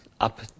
up